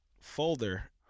folder